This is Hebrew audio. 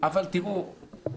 אבל תראו,